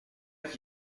qui